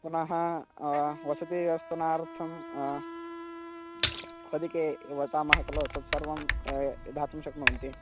पुनः वसतिव्यवस्थार्थं होदिके वदामः खलु तत् सर्वं दातुं शक्नुवन्ति